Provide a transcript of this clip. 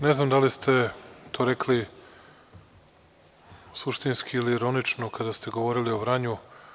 Ne znam da li ste to rekli suštinski ili ironično, kada ste govorili o Vranju.